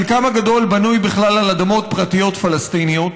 חלקם הגדול בנוי בכלל על אדמות פרטיות פלסטיניות.